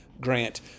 Grant